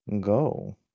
go